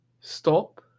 stop